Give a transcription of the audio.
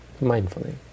Mindfully